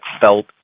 felt